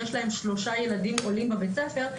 יש להם שלושה ילדים עולים בבית הספר,